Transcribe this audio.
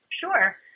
Sure